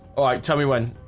all right, tell me when